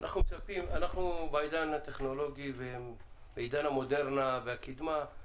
בעידן הטכנולוגי ובעידן המודרנה והקדמה אנחנו